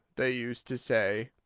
they used to say.